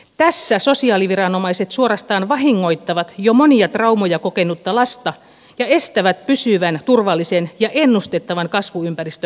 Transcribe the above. tässä sosiaaliviranomaiset suorastaan vahingoittavat jo monia traumoja kokenutta lasta ja estävät pysyvän turvallisen ja ennustettavan kasvuympäristön muodostumista